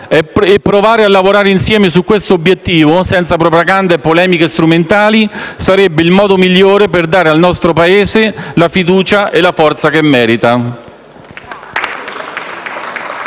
e provare a lavorare insieme su questo obiettivo, senza propaganda e polemiche strumentali, sarebbe il modo migliore per dare al nostro Paese la fiducia e la forza che merita.